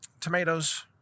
tomatoes